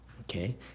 okay